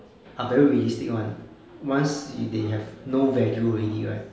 I'm very realistic [one] once if they have no value already right